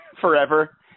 forever